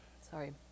Sorry